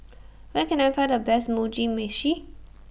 Where Can I Find The Best Mugi Meshi